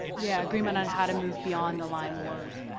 yeah, agreement on how to move beyond the lyme wars.